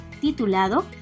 titulado